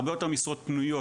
הרבה יותר משרות פנויות,